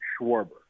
Schwarber